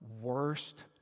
worst